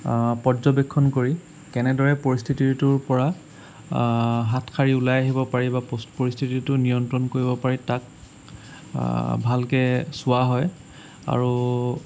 পৰ্যবেক্ষণ কৰি কেনেদৰে পৰিস্থিতিটোৰ পৰা হাত সাৰি ওলাই আহিব পাৰি বা পৰিস্থিতিটো নিয়ন্ত্ৰণ কৰিব পাৰি তাক ভালকৈ চোৱা হয় আৰু